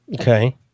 Okay